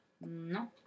No